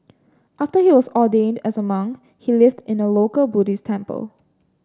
after he was ordained as a monk he lived in a local Buddhist temple